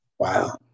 Wow